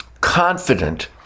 confident